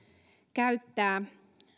käyttää